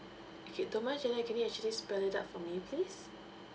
okay don't mind can you actually spell it out for me please